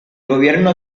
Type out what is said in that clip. gobierno